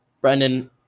Brendan